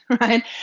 right